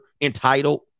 entitled